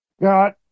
Got